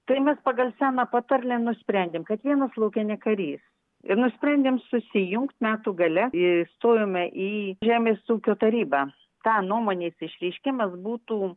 tai mes pagal seną patarlę nusprendėm kad vienas lauke ne karys ir nusprendėm susijungt metų gale įstojome į žemės ūkio tarybą tą nuomonės išreiškimas būtų